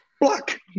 Block